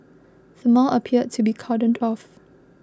the mall appeared to be cordoned off